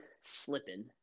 slipping